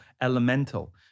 elemental